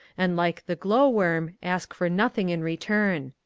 and like the glow-worm ask for nothing in return.